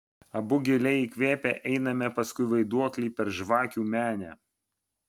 abu giliai įkvėpę einame paskui vaiduoklį per žvakių menę